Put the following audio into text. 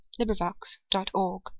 LibriVox.org